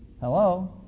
Hello